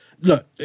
look